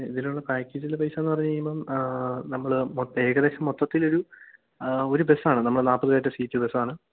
ഇതിലുള്ള പാക്കേജിന്റെ പൈസാന്ന് പറഞ്ഞ് കഴിയുമ്പം നമ്മൾ മൊത്തം ഏകദേശം മൊത്തത്തിൽ ഒരു ഒരു ബസ്സാണ് നമ്മൾ നാൽപ്പത് പേരുടെ സീറ്റ് ബസ്സാണ്